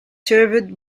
serviced